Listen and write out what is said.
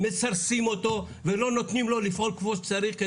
מסרסים אותו ולא נותנים לו לפעול כמו שצריך.